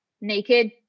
naked